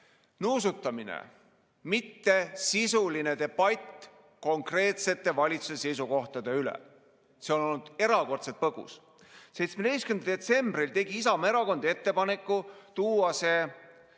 nuusutamine, mitte sisuline debatt konkreetsete valitsuse seisukohtade üle. See on olnud erakordselt põgus. 17. detsembril tegi Isamaa Erakond ettepaneku tuua see